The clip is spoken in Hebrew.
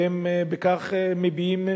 והם כך מביעים,